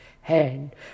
hand